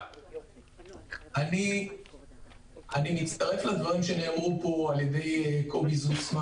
אני מצטרף לדברים שנאמרו פה על-ידי קובי זוסמן